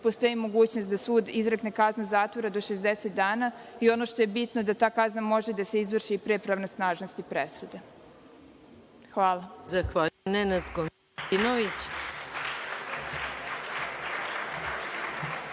postoji mogućnost da sud izrekne kaznu zatvora do 60 dana i, ono što je bitno, ta kazna može da se izvrši i pre pravosnažnosti presude. Hvala.